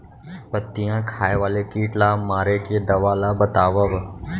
पत्तियां खाए वाले किट ला मारे के दवा ला बतावव?